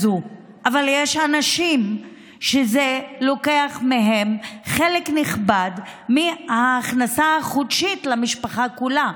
אבל יש אנשים שזה לוקח מהם חלק נכבד מההכנסה החודשית למשפחה כולה.